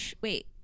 wait